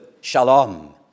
shalom